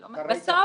--- חברים,